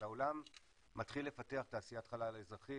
העולם מתחיל לפתח תעשיית חלל אזרחית,